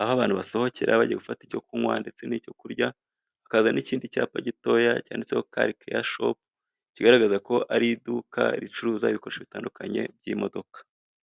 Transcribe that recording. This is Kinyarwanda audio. aho abantu basohokera bagiye gufata icyo kunywa ndetse nicyo kurya hakaza n'ikindi cyapa gitoya cyanditseho karikeya shopu, kigaragaza ko ar' iduka ricuruza ibikoresho bitandukanye by'imodoka.